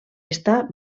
està